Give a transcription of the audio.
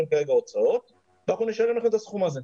כרגע הוצאות ואנחנו נשלם לכם את הסכום הזה.